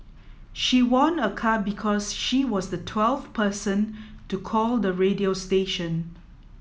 she won a car because she was the twelfth person to call the radio station